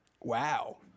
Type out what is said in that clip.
Wow